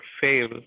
fail